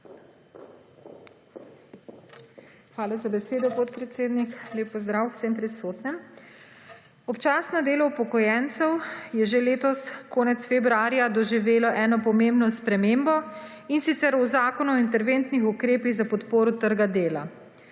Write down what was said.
Hvala za besedo, podpredsednik. Lep pozdrav vsem prisotnim. Občasno delo upokojencev je že letos konec februarja doživelo eno pomembno spremembo in sicer v Zakon o interventnih ukrepih za podporo trga dela.